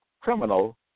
criminal